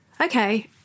okay